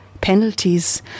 penalties